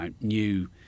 new